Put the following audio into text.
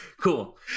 Cool